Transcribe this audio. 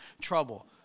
trouble